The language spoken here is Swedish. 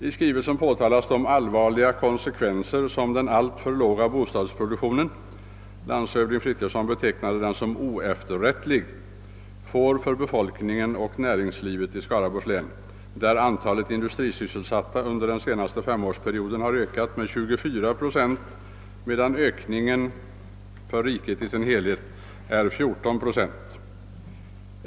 I skrivelsen påtalas de allvarliga konsekvenser som den alltför låga bostadsproduktionen — landshövding Frithiofson betecknade den såsom oefterrättlig — får för befolkningen och näringslivet i Skaraborgs län, där antalet industrisysselsatta under den senaste femårsperioden har ökat med 24 procent, medan ökningen för riket i dess helhet är 14 procent.